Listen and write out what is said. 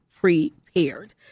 prepared